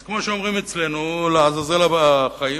אז כמו שאומרים אצלנו: לעזאזל החיים,